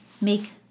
make